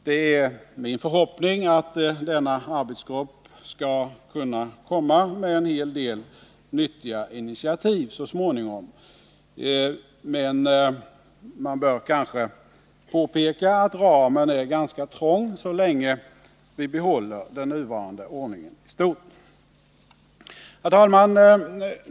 Det är min förhoppning att denna arbetsgrupp skall kunna komma med en hel del nyttiga initiativ så småningom. Men man bör kanske påpeka att ramen är ganska trång så länge vi behåller den nuvarande ordningen i stort. Herr talman!